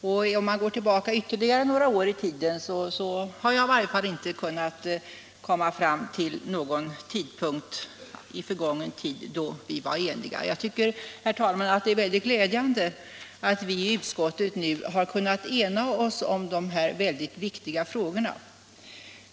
När jag gått tillbaka några år i tiden har i varje fall inte jag kunnat finna någon tidpunkt i förgången tid då vi varit eniga. Jag tycker, herr talman, att det är synnerligen glädjande att vi i utskottet nu har kunnat ena oss om dessa viktiga frågor.